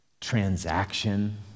transaction